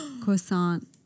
croissant